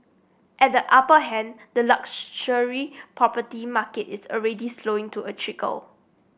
at the upper end the luxury property market is already slowing to a trickle